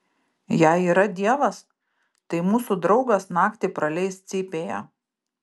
jei yra dievas tai mūsų draugas naktį praleis cypėje